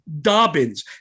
Dobbins